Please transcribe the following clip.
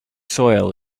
soil